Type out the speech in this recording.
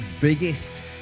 biggest